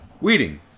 Weeding